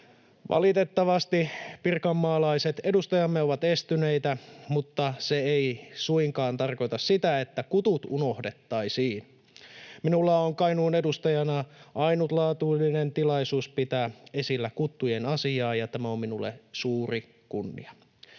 Valitettavasti pirkanmaalaiset edustajamme ovat estyneitä, mutta se ei suinkaan tarkoita sitä, että kutut unohdettaisiin. Minulla on Kainuun edustajana ainutlaatuinen tilaisuus pitää esillä kuttujen asiaa, ja tämä on minulle suuri kunnia.